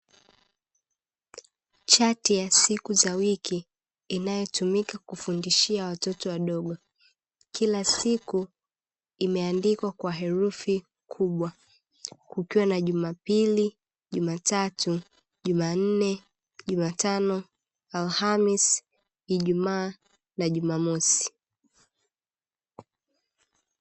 Chati ya siku za wiki inayotumika kufundishia watoto wadogo kila siku imeandikwa kwa herufi kubwa kukiwa na Jumapili, Jumatatu, Jumanne, Jumatano, Alhamis, Ijumaa na Jumamosi.